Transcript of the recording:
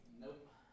Nope